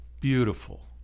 Beautiful